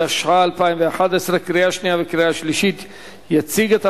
התשע"א 2011, נתקבלה.